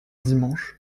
dimanche